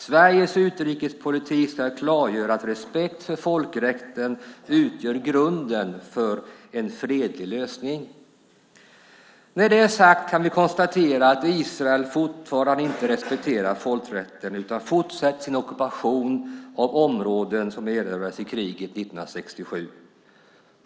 Sveriges utrikespolitik ska klargöra att respekt för folkrätten utgör grunden för en fredlig lösning. När det är sagt kan vi konstatera att Israel fortfarande inte respekterar folkrätten utan fortsätter sin ockupation av områden som erövrats i kriget 1967.